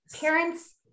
parents